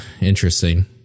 Interesting